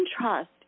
trust